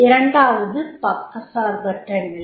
இரண்டாவது பக்கசார்பற்ற நிலை